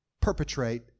perpetrate